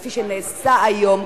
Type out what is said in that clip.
כפי שכבר נעשה היום.